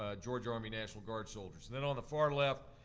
ah georgia army national guard soldiers. and then on the far left,